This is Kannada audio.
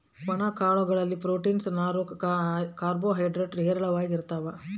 ಒಣ ಕಾಳು ಗಳಲ್ಲಿ ಪ್ರೋಟೀನ್ಸ್, ನಾರು, ಕಾರ್ಬೋ ಹೈಡ್ರೇಡ್ ಹೇರಳವಾಗಿರ್ತಾವ